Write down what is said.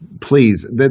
please